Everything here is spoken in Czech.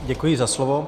Děkuji za slovo.